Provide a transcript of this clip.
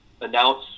announce